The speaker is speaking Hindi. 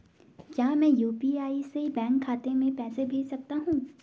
क्या मैं यु.पी.आई से बैंक खाते में पैसे भेज सकता हूँ?